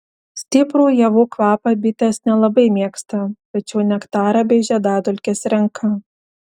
stiprų ievų kvapą bitės nelabai mėgsta tačiau nektarą bei žiedadulkes renka